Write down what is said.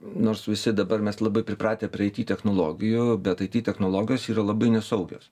nors visi dabar mes labai pripratę prie ai ty technologijų bet ai ty technologijos yra labai nesaugios